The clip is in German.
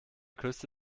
küste